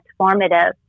transformative